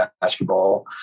basketball